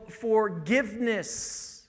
Forgiveness